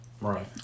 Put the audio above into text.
Right